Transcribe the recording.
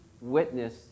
witness